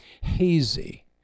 hazy